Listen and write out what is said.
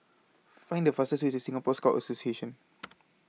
Find The fastest Way to Singapore Scout Association